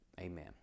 Amen